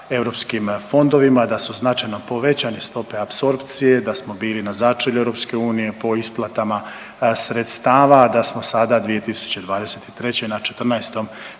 sa EU fondovima, da su značajno povećane stope apsorpcije, da smo bili na začelju EU po isplatama sredstava, a da smo sada 2023. na 14. mjestu